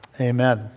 Amen